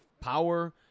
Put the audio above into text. power